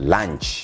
Lunch